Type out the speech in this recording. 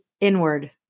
inward